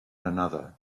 another